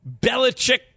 Belichick